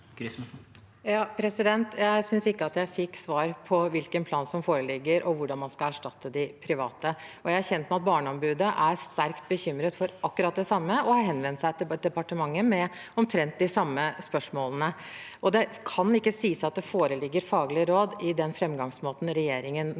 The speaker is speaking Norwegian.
Jeg synes ikke at jeg fikk svar på hvilken plan som foreligger, og hvordan man skal erstatte de private. Jeg er kjent med at Barneombudet er sterkt bekymret for akkurat det samme og har henvendt seg til departementet med omtrent de samme spørsmålene. Det kan ikke sies at det foreligger faglige råd når det gjelder den framgangsmåten regjeringen